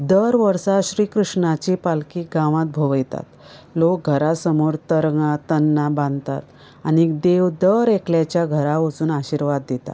दर वर्सां श्री कृष्णाची पालखी गांवांत भोंवयतात लोक घरां समोर तरंगा तन्नां बांदतात आनी देव दर एकल्याच्या घरां वचून आशिर्वाद दिता